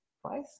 twice